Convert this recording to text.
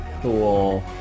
cool